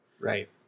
Right